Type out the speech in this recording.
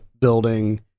building